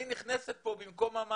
אני נכנסת פה במקום המעסיק.